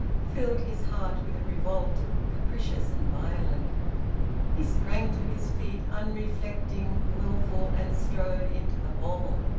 filled his heart with a revolt capricious and violent he sprang to his feet, unreflecting, wilful, and strode into the hall.